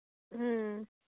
ꯎꯝ